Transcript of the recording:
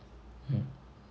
hmm